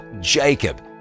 Jacob